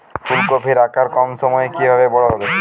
ফুলকপির আকার কম সময়ে কিভাবে বড় হবে?